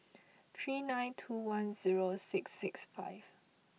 three nine two one zero six six five